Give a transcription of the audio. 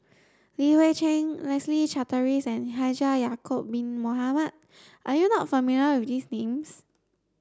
Li Hui Cheng Leslie Charteris and Haji Ya'acob Bin Mohamed are you not familiar with these names